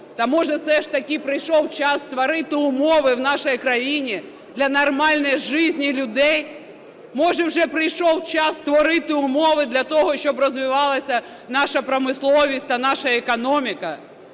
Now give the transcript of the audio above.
та, може, все ж таки прийшов час створити умови в нашій країні для нормальной жизни людей? Може, вже прийшов час створити умови для того, щоб розвивалася наша промисловість та наша економіка?